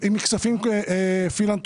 אם היא רוצה ללכת לסידורים ביום יום,